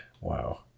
Wow